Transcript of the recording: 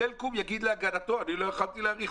סלקום יגיד להגנתו: אני לא החלטתי להאריך,